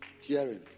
Hearing